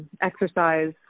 exercise